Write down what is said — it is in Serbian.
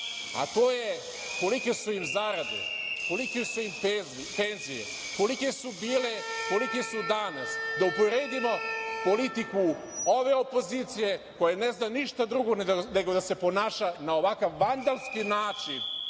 važno, kolike su im zarade, kolike su im penzije, kolike su danas, da uporedimo politiku ove opozicije koja ne zna ništa drugo, nego da se ponaša na ovakav vandalski način